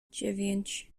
dziewięć